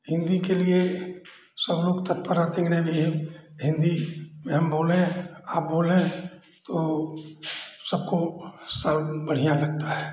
हिन्दी के लिए सब लोग तत्पर रहते हैं कि नहीं भई हिन्दी में हम बोलें आप बोलें तो सबको सा बढ़ियाँ लगता है